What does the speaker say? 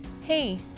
Hey